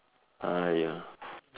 !aiya!